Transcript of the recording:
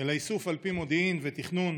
אלא איסוף על פי מודיעין ותכנון,